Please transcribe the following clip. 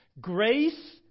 Grace